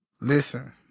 Listen